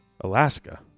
Alaska